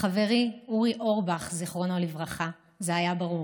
לחברי אורי אורבך, זיכרונו לברכה, זה היה ברור.